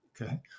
Okay